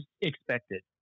expected